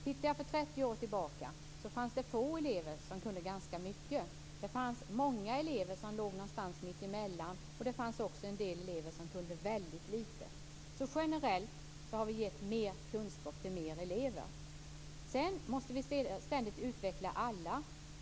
Ser jag tillbaka 30 år finner jag att få elever kunde ganska mycket, många elever låg någonstans mittemellan, och en del elever kunde väldigt lite. Generellt har vi alltså givit mer kunskap till fler elever. Vi måste ständigt utveckla alla.